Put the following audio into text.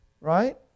Right